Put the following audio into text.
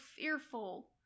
fearful